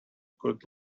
could